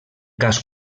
cas